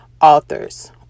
authors